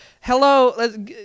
hello